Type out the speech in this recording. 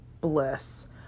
bliss